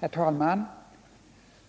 Herr talman!